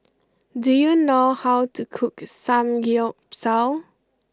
do you know how to cook Samgyeopsal